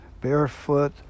Barefoot